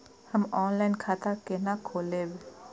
हम ऑनलाइन खाता केना खोलैब?